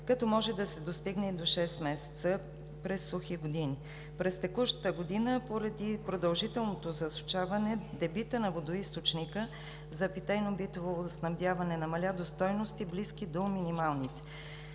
като може да достигне и до шест месеца през сухи години. През текущата година поради продължително засушаване дебитът на водоизточника за питейно-битово водоснабдяване намалява до стойности, близки до минималните.